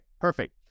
perfect